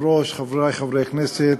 חברי חברי הכנסת,